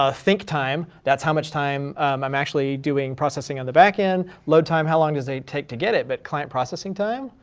ah think time, that's how much time um i'm actually doing processing on the back end. load time, how long does it take to get it, but client processing time?